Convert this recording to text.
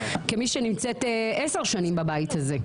כמי שנמצאת עשר שנים בבית הזה,